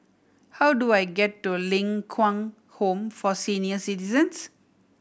how do I get to Ling Kwang Home for Senior Citizens